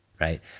right